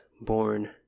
born